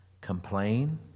complain